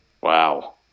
Wow